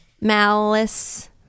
malice